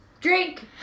Drink